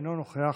אינו נוכח,